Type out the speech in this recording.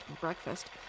breakfast